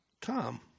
Tom